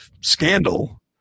scandal